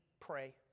Pray